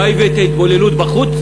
מה הביא את ההתבוללות בחוץ,